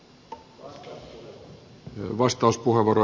herra puhemies